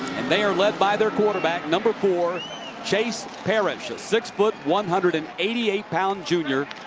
they're led by their quarterback number four chase parrish, six foot, one hundred and eighty eight pound junior.